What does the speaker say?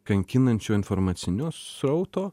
kankinančio informacinio srauto